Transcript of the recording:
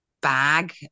bag